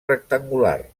rectangular